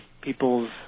people's